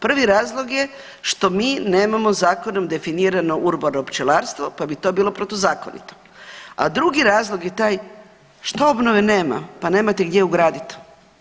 Prvi razlog je što mi nemamo zakonom definirano urbano pčelarstvo, pa bi to bilo protuzakonito, a drugi razlog je taj što obnove nema, pa nemate gdje ugradit.